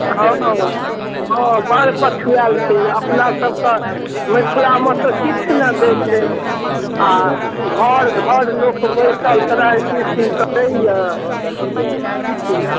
हँ हँ हँ बड़ पछुआयल छै अपनासभके मिथिलामे तऽ किछु नहि दै छै आ घर घर लोक बैसल त्राहि कृष्ण करैए किछु नहि